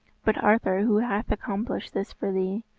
but arthur who hath accomplished this for thee.